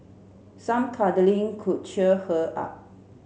some cuddling could cheer her up